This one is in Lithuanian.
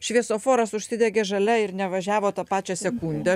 šviesoforas užsidegė žalia ir nevažiavo tą pačią sekundę